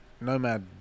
Nomad